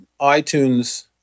itunes